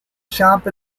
shop